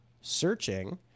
searching